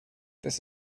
this